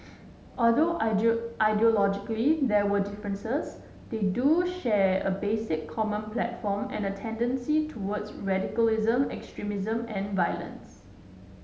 although ideologically there are differences they do share a basic common platform and a tendency towards radicalism extremism and violence